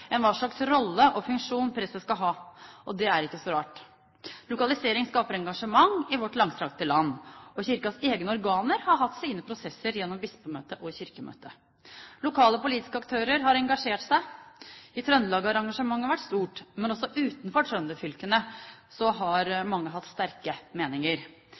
hva slags rolle og funksjon preses skal ha. Det er ikke så rart. Lokalisering skaper engasjement i vårt langstrakte land. Kirkens egne organer har hatt sine prosesser gjennom Bispemøtet og Kirkemøtet. Lokale politiske aktører har engasjert seg. I Trøndelag har engasjementet vært stort. Men også utenfor trønderfylkene har mange hatt sterke meninger.